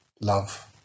love